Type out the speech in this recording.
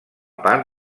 part